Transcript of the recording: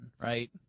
right